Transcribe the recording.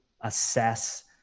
assess